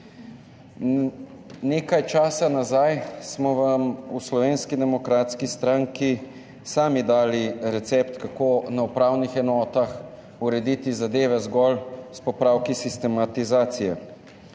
Nekaj časa nazaj smo vam v Slovenski demokratski stranki sami dali recept, kako na upravnih enotah urediti zadeve zgolj s popravki sistematizacije.